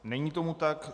Není tomu tak.